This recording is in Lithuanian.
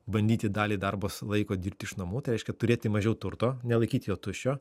bandyti dalį darbo laiko dirbti iš namų tai reiškia turėti mažiau turto nelaikyti jo tuščio